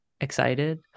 excited